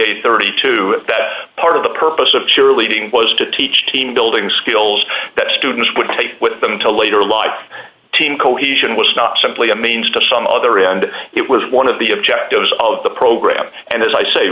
a thirty two that part of the purpose of cheerleading was to teach team building skills that students would take with them to later live team cohesion was not simply a means to some other end it was one of the objectives of the program and as i say